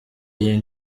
iyi